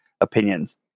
opinions